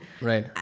Right